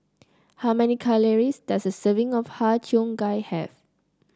how many calories does a serving of Har Cheong Gai have